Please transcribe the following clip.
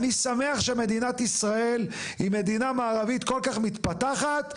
אני שמח שמדינת ישראל היא מדינה מערבית כל כך מתפתחת,